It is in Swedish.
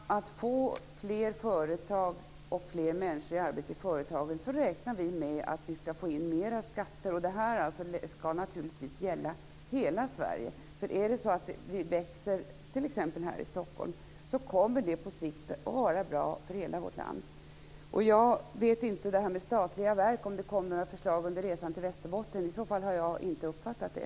Herr talman! Genom att få fler företag och fler människor i arbete i företagen så räknar vi med att vi skall få in mer skatter. Och detta skall naturligtvis gälla hela Sverige. Om tillväxten ökar t.ex. här i Stockholm kommer det på sikt att vara bra för hela vårt land. Jag vet inte om det kom några förslag angående statliga verk under resan till Västerbotten. I så fall har jag inte uppfattat det.